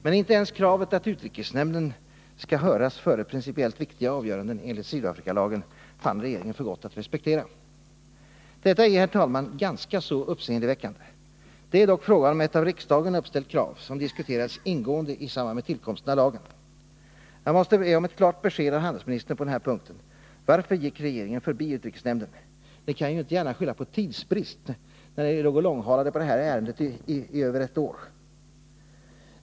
Men t.o.m. kravet att utrikesnämnden skall höras före principiellt viktiga avgöranden enligt Sydafrikalagen fann regeringen för gott att inte respektera. Detta är, herr talman, ganska uppseendeväckande. Det är dock fråga om ett av riksdagen uppställt krav, som diskuterades ingående i samband med tillkomsten av lagen. Jag måste be om ett klart besked av handelsministern på den här punkten: Varför gick regeringen förbi utrikesnämnden? Ni kan inte gärna skylla på tidsbrist när ni långhalade detta ärende i över ett år.